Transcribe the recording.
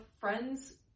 friends